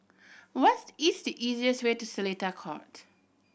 what's easiest way to Seletar Court